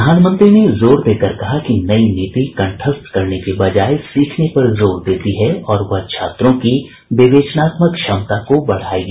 प्रधानमंत्री ने जोर देकर कहा कि नई नीति कंठस्थ करने के बजाए सीखने पर जोर देती है और वह छात्रों की विवेचनात्मक क्षमता को बढ़ाएगी